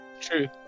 true